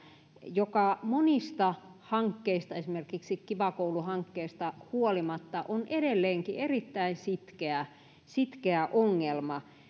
joka monista hankkeista esimerkiksi kiva koulu hankkeesta huolimatta on edelleenkin erittäin sitkeä sitkeä ongelma